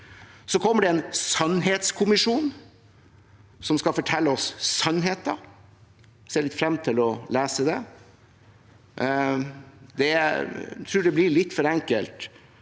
Så kommer det en sannhetskommisjon som skal fortelle oss sannheten. Jeg ser frem til å lese det. Jeg tror det blir litt for enkelt,